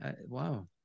Wow